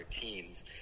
teams